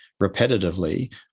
repetitively